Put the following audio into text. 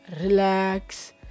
relax